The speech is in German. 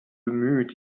bemüht